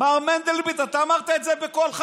מר מנדלבליט, אתה אמרת את זה בקולך.